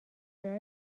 were